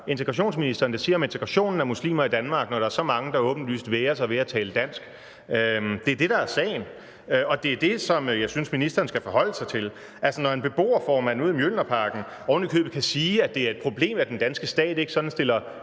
integrationsministeren det siger om integrationen af muslimer i Danmark, når der er så mange, der åbenlyst vægrer sig ved at tale dansk? Det er det, der er sagen. Og det er det, som jeg synes ministeren skal forholde sig til. Når en beboerformand ude i Mjølnerparken ovenikøbet kan sige, at det er et problem, at den danske stat ikke sådan stiller